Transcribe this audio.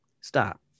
Stop